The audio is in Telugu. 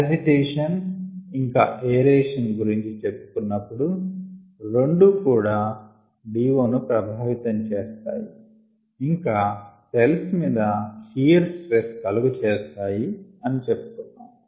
యాజిటీషన్ ఇంకా ఏరేషన్ గురుంచి చెప్పుకున్నప్పుడు రెండూ కూడా నుDO ప్రభావితం చేస్తాయి ఇంకా సెల్స్ మీద షియర్ స్ట్రెస్ కలుగ చేస్తాయి అని చెప్పుకున్నాము